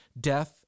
death